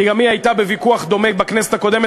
כי גם היא הייתה בוויכוח דומה בכנסת הקודמת